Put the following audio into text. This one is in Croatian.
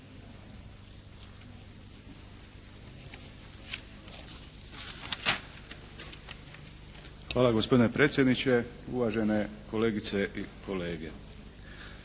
Hvala gospodine predsjedniče. Uvažene kolegice i kolege.